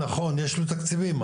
נכון יש לו תקציבים,